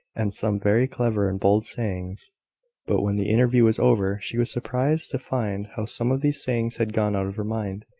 and some very clever and bold sayings but when the interview was over, she was surprised to find how some of these sayings had gone out of her mind,